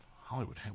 Hollywood